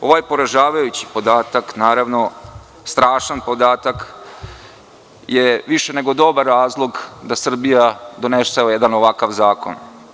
Ovaj poražavajući podatak, naravno, strašan podatak, je više nego dobar razlog da Srbija donese jedan ovakav zakon.